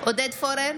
עודד פורר,